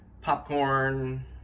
popcorn